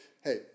hey